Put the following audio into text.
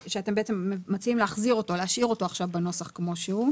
אתם בעצם מציעים להשאיר אותו בנוסח כמו שהוא.